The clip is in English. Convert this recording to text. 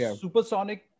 supersonic